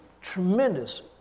tremendous